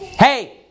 Hey